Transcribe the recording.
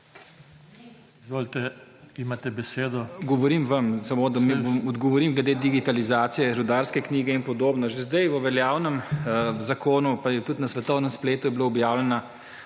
**BLAŽ KOŠOROK:** Govorim vam, samo da vam odgovorim glede digitalizacije, rudarske knjige in podobno. Že zdaj v veljavnem zakonu, pa je tudi na svetovnem spletu je bila objavljena